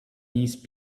these